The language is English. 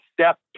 step